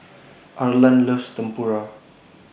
Arlan loves Tempura